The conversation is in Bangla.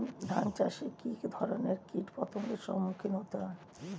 ধান চাষে কী ধরনের কীট পতঙ্গের সম্মুখীন হতে হয়?